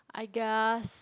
I guess